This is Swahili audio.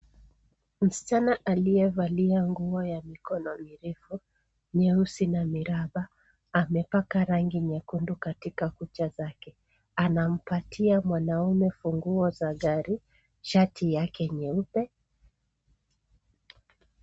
Msichana aliyevalia nguo ya mikono mirefu nyeusi na miraba amepaka rangi nyekundu katika kucha zake anampatia mwanaume funguo za gari sharti yake nyeupe.